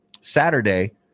Saturday